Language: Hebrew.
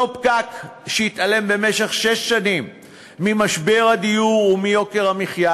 אותו פקק שהתעלם במשך שש שנים ממשבר הדיור ומיוקר המחיה